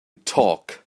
talk